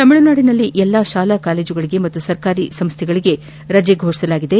ತಮಿಳುನಾಡಿನಲ್ಲಿ ಎಲ್ಲಾ ಶಾಲಾ ಕಾಲೇಜುಗಳಿಗೆ ಹಾಗೂ ಸರ್ಕಾರಿ ಸಂಸ್ಥೆಗಳಿಗೆ ರಜೆ ಘೋಷಿಸಲಾಗಿದೆ